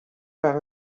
par